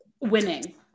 winning